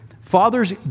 fathers